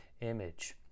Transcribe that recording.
image